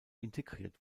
integriert